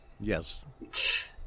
Yes